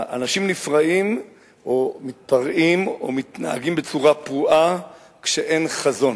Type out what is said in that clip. אנשים נפרעים או מתפרעים או מתנהגים בצורה פרועה כשאין חזון.